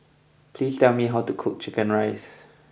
please tell me how to cook Chicken Rice